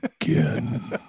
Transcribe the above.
again